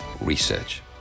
research